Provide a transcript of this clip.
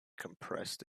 compressed